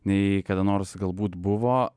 nei kada nors galbūt buvo